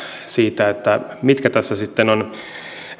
jatkan siitä mitkä tässä sitten ovat